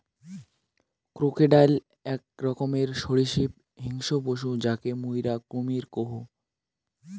crocodile আক রকমের সরীসৃপ হিংস্র পশু যাকে মুইরা কুমীর কহু